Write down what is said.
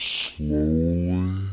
slowly